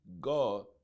God